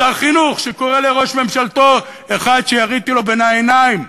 שר חינוך שקורא לראש ממשלתו: "אחד שיריתי לו בין העיניים".